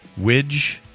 Widge